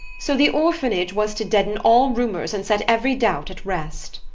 so the orphanage was to deaden all rumours and set every doubt at rest.